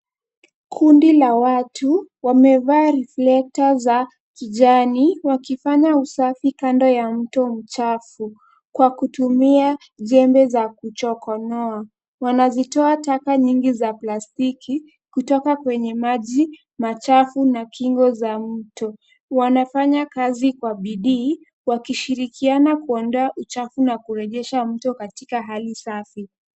Kundi la watu wamevaa reflector za kijani wakifanya usafi kando ya mto mchafu kwa kutumia jembe za kuchokonoa. Wanazitoa taka nyingi za plastiki kutoka kwenye maji machafu na kingo za mto. Wanafanya kazi kwa bidii, wakishirikiana kuondoa uchafu na kurejesha mto katika hali safi.